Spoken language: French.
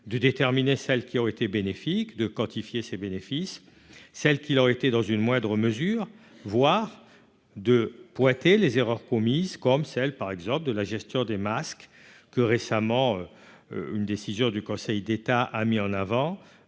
de déterminer celles qui été bénéfique de quantifier ces bénéfices, celle qu'il aurait été, dans une moindre mesure, voire de pointer les erreurs commises, comme celle par exemple de la gestion des masques que récemment une décision du Conseil d'État a mis en avant